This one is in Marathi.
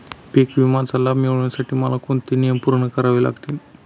पीक विम्याचा लाभ मिळण्यासाठी मला कोणते नियम पूर्ण करावे लागतील?